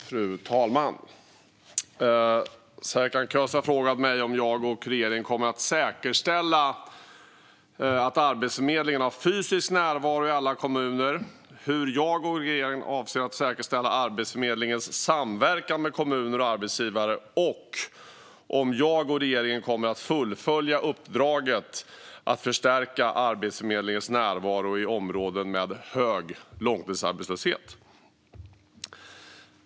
Fru talman! har frågat mig om jag och regeringen kommer att säkerställa att Arbetsförmedlingen har fysisk närvaro i alla kommuner, hur jag och regeringen avser att säkerställa Arbetsförmedlingens samverkan med kommuner och arbetsgivare samt om jag och regeringen kommer att fullfölja uppdraget att förstärka Arbetsförmedlingens närvaro i områden med hög långtidsarbetslöshet.